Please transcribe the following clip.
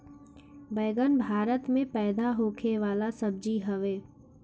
बैगन भारत में पैदा होखे वाला सब्जी हवे